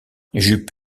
jup